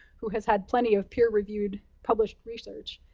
who has had plenty of peer-reviewed, published research,